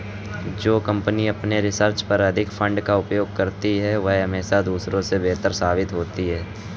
जो कंपनी अपने रिसर्च पर अधिक फंड का उपयोग करती है वह हमेशा दूसरों से बेहतर साबित होती है